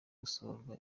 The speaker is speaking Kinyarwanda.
gusohorwa